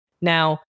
now